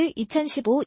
2015